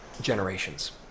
Generations